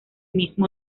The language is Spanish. mismo